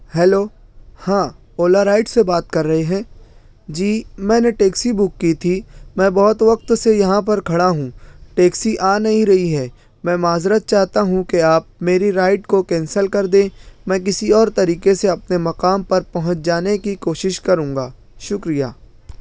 hello ہاں Ola ride سے بات کر رہے ہیں جی میں نے ٹیکسی بک کی تھی میں بہت وقت سے یہاں پر کھڑا ہوں ٹیکسی آ نہیں رہی ہے میں معذرت چاہتا ہوں کہ آپ میری رائڈ کو کینسل کر دیں میں کسی اور طریقے سے اپنے مقام پر پہنچ جانے کی کوشش کروں گا شکریہ